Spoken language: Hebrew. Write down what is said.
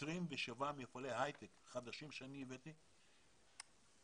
27 מפעלי הייטק חדשים שאני הבאתי והם